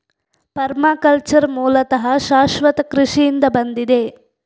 permaculture ಮೂಲತಃ ಶಾಶ್ವತ ಕೃಷಿಯಿಂದ ಬಂದಿದೆ